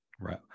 Right